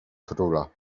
króla